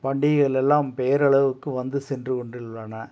பண்டிகையில் எல்லாம் பேர் அளவுக்கு வந்து சென்று கொண்டுள்ளன